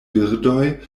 birdoj